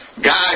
Guys